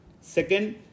Second